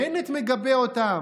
בנט מגבה אותם,